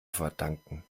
verdanken